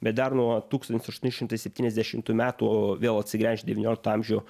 bet dar nuo tūkstantis aštuoni šimtai septyniasdešimtų metų vėl atsigręš į devyniolikto amžių